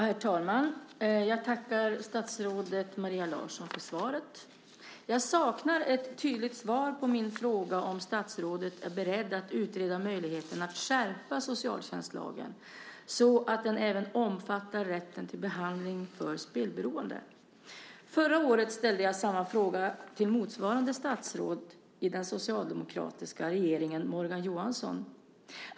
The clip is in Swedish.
Herr talman! Jag tackar statsrådet Maria Larsson för svaret. Jag saknar ett tydligt svar på min fråga om statsrådet är beredd att utreda möjligheten att skärpa socialtjänstlagen så att den även omfattar rätten till behandling för spelberoende. Förra året ställde jag samma fråga till motsvarande statsråd i den socialdemokratiska regeringen, Morgan Johansson.